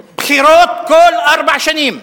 בחירות כל ארבע שנים,